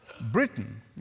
Britain